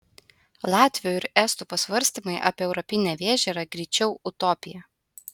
latvių ir estų pasvarstymai apie europinę vėžę yra greičiau utopija